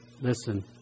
listen